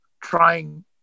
trying